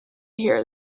hear